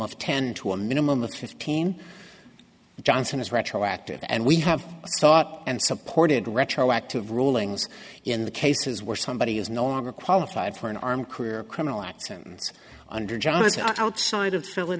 of ten to a minimum of fifteen johnson is retroactive and we have sought and supported retroactive rulings in the cases where somebody is no longer qualified for an armed career criminal acts under john outside of filling